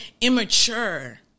immature